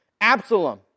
Absalom